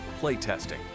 playtesting